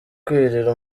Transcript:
kwirira